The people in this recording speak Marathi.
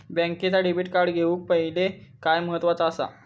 बँकेचा डेबिट कार्ड घेउक पाहिले काय महत्वाचा असा?